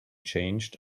changed